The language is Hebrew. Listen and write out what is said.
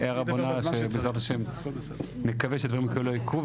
הערה בונה שבעזרת השם נקווה שדברים כאלה לא יקרו.